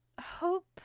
hope